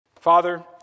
Father